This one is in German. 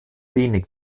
wenig